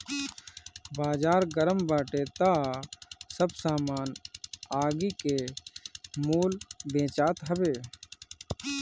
बाजार गरम बाटे तअ सब सामान आगि के मोल बेचात हवे